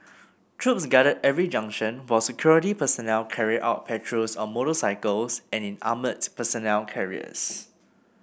troops guarded every junction while security personnel carried out patrols on motorcycles and in armoured personnel carriers